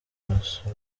wasura